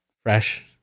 Fresh